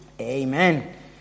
Amen